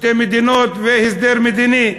שתי מדינות והסדר מדיני.